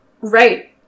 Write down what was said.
Right